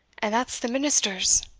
and that's the minister's.